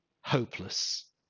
hopeless